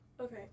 Okay